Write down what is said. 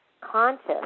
conscious